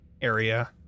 area